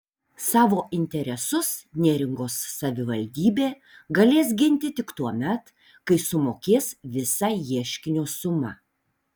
savo interesus neringos savivaldybė galės ginti tik tuomet kai sumokės visą ieškinio sumą